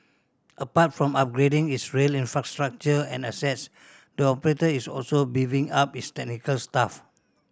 apart from upgrading its rail infrastructure and assets the operator is also beefing up its technical staff